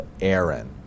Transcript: Aaron